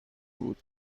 بود